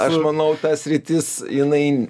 aš manau ta sritis jinai